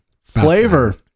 flavor